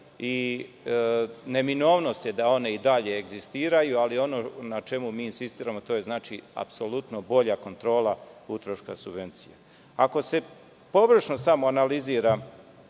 i neminovnost je da one i dalje egzistiraju, ali ono na čemu mi insistiramo, to je bolja kontrola utroška subvencija. Ako se pogrešno samoanalizira